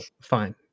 fine